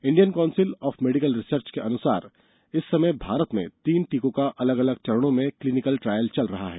Indian Council of Medical Research के अनुसार इस समय भारत में तीन टीकों का अलग अलग चरणों में क्लीनिकल ट्रायल चल रहा है